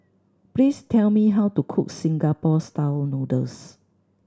please tell me how to cook Singapore Style Noodles